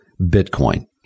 Bitcoin